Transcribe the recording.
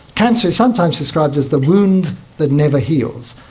cancer is sometimes described as the wound that never heals,